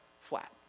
flat